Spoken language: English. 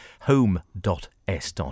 Home.s